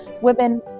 women